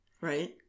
Right